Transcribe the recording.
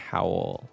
Howell